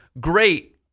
Great